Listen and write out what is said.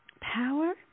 power